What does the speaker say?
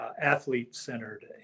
athlete-centered